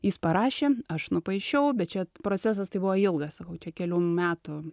jis parašė aš nupaišiau bet čia procesas tai buvo ilgas sakau čia kelių metų